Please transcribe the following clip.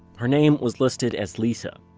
her name was listed as lisa.